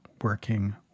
working